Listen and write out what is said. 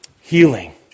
healing